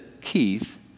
Keith